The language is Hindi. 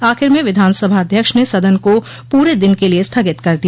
आखिर में विधानसभा अध्यक्ष ने सदन को पूरे दिन के लिये स्थगित कर दिया